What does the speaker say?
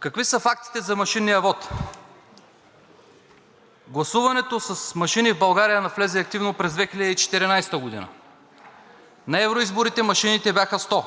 Какви са фактите за машинния вот? Гласуването с машини в България навлезе активно през 2014 г. На евроизборите машините бяха 100,